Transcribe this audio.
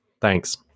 Thanks